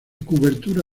curvatura